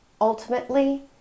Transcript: Ultimately